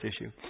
issue